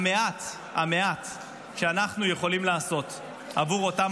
המעט שאנחנו יכולים לעשות עבור אותם